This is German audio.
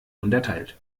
unterteilt